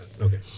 Okay